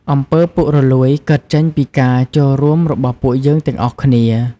អំពើពុករលួយកើតចេញពីការចូលរួមរបស់ពួកយើងទាំងអស់គ្នា។